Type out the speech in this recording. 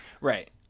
right